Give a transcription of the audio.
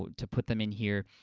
to put them in here,